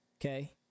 Okay